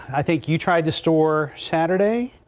i think you tried to store saturday.